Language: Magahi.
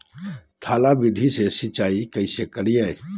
थाला विधि से सिंचाई कैसे करीये?